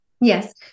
Yes